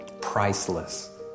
priceless